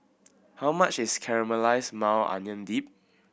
how much is Caramelize Maui Onion Dip